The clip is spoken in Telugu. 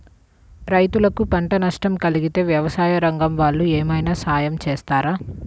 రైతులకు పంట నష్టం కలిగితే వ్యవసాయ రంగం వాళ్ళు ఏమైనా సహాయం చేస్తారా?